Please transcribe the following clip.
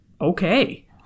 okay